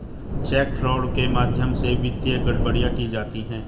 check fraud के माध्यम से वित्तीय गड़बड़ियां की जाती हैं